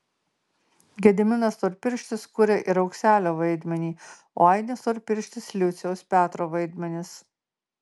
gediminas storpirštis kuria ir aukselio vaidmenį o ainis storpirštis liuciaus petro vaidmenis